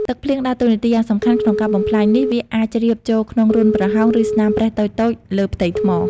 ទឹកភ្លៀងដើរតួនាទីយ៉ាងសំខាន់ក្នុងការបំផ្លាញនេះ វាអាចជ្រាបចូលតាមរន្ធប្រហោង ឬស្នាមប្រេះតូចៗលើផ្ទៃថ្ម។